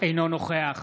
אינו נוכח